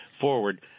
forward